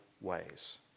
ways